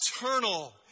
eternal